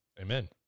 amen